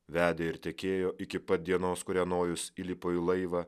vedė ir tekėjo iki pat dienos kurią nojus įlipo į laivą